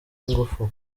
ingufu